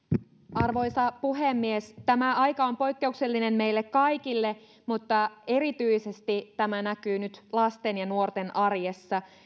arvoisa puhemies tämä aika on poikkeuksellinen meille kaikille mutta erityisesti tämä näkyy nyt lasten ja nuorten arjessa